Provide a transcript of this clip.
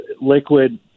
liquid